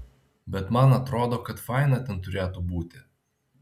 bet man atrodo kad faina ten turėtų būti